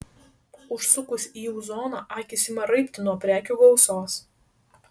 užsukus į jų zoną akys ima raibti nuo prekių gausos